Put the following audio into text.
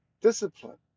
Discipline